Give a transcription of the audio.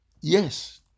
Yes